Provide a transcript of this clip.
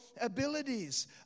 abilities